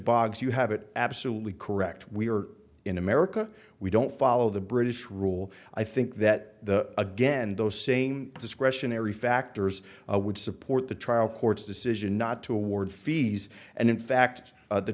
bogs you have it absolutely correct we are in america we don't follow the british rule i think that the again those same discretionary factors would support the trial court's decision not to award fees and in fact the t